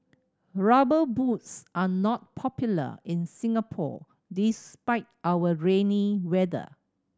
Rubber Boots are not popular in Singapore despite our rainy weather